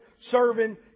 serving